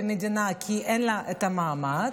במדינה, כי אין לה את המעמד,